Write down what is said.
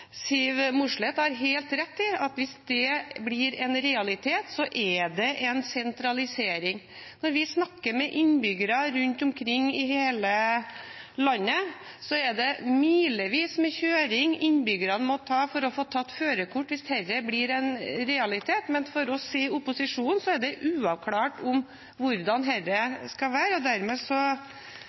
Siv Mossleth, har helt rett i at hvis det blir en realitet, er det en sentralisering. Når vi snakker med innbyggere rundt omkring i hele landet, sier de at de må kjøre milevis for å få tatt førerkortet hvis dette blir en realitet. For oss i opposisjonen er det uavklart hvordan dette skal være.